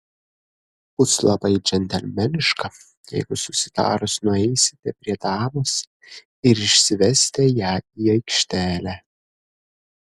bus labai džentelmeniška jeigu susitarus nueisite prie damos ir išsivesite ją į aikštelę